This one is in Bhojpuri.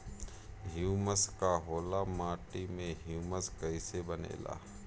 ह्यूमस का होला माटी मे ह्यूमस कइसे बनेला?